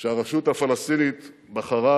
שהרשות הפלסטינית בחרה